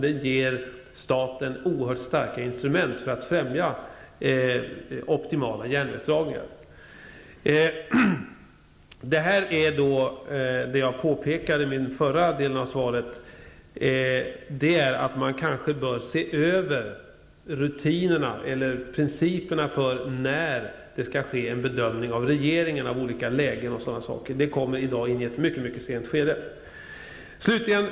Den ger staten oerhört starka instrument för att främja optimala järnvägsdragningar. Jag påpekade i den förra delen av svaret att man kanske bör se över rutinerna eller principerna för i vilka lägen regeringen skall göra en bedömning osv. Dessa ärenden kommer i dag till regeringen i ett mycket sent skede. Fru talman!